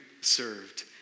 served